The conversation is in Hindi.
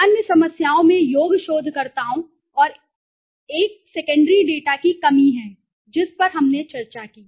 अन्य समस्याओं में योग्य शोधकर्ताओं और एक औरसेकेंडरी डेटा की कमी है जिस पर हमने चर्चा की